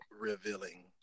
revealing